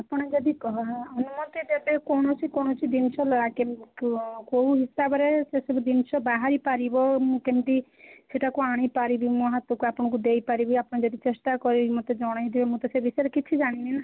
ଆପଣ ଯଦି କହ ଅନୁମତି ଦେବେ କୌଣସି କୌଣସି ଜିନିଷ କେଉଁ ହିସାବରେ ସେସବୁ ଜିନିଷ ବାହାରି ପାରିବ ମୁଁ କେମିତି ସେଇଟାକୁ ଆଣି ପାରିବି ମୋ ହାତକୁ ଆପଣଙ୍କୁ ଦେଇ ପାରିବି ଆପଣ ଯଦି ଚେଷ୍ଟା କରାଇ ମୋତେ ଜଣାଇଦେବେ ମୋତେ ସେ ବିଷୟରେ କିଛି ଜାଣିନି